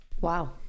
Wow